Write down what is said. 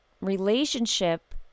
relationship